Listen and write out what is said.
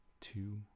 two